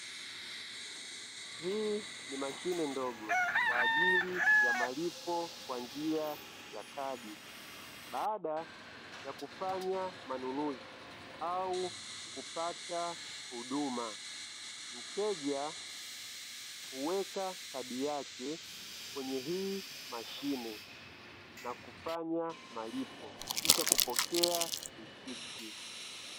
Hii ni mashine ndogo kwa ajili ya malipo kwa njia ya kadi baada ya kufanya manunuzi au kupata huduma, mteja huweka kadi yake kwenye hii mashine na kufanya malipo kisha kupokea risiti.